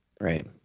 Right